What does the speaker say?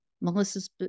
Melissa's